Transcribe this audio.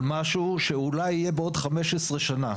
על משהו שאולי יהיה בעוד 15 שנה,